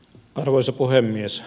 arvoisa puhemies